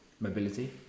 mobility